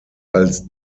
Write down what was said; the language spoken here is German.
als